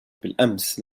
بالأمس